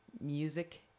music